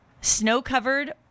snow-covered